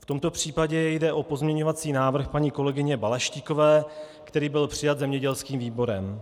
V tomto případě jde o pozměňovací návrh paní kolegyně Balaštíkové, který byl přijat zemědělským výborem.